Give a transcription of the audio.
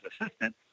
assistant